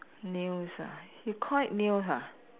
nails ah you call it nail ha